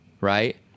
Right